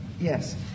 yes